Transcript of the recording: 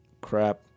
crap